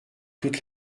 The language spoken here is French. toute